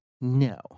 No